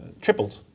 tripled